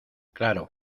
claro